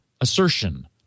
assertion